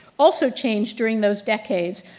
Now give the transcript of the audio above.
also changed during those decades,